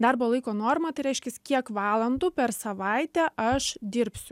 darbo laiko norma tai reiškias kiek valandų per savaitę aš dirbsiu